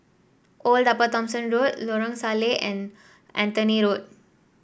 Old Upper Thomson Road Lorong Salleh and Anthony Road